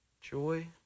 joy